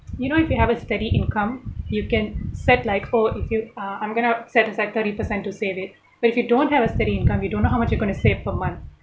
you know if you have a steady income you can set like oh if you uh I'm going to set aside thirty percent to save it but if you don't have a steady income you don't know how much you're going to save per month